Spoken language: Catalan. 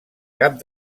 cap